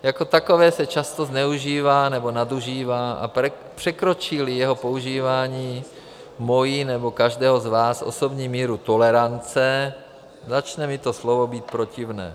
Jako takové se často zneužívá nebo nadužívá, a překročíli jeho používání moji nebo každého z vás osobní míru tolerance, začne mi to slovo být protivné.